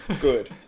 Good